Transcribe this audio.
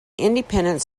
independent